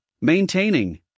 maintaining